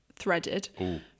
threaded